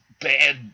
bad